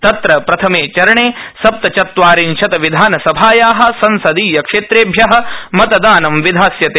तत्र प्रथमे चरणे सप्त चत्वारिंशत् विधानसभाया संसदीय क्षेत्रेभ्य मतदानं विधास्यते